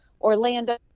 Orlando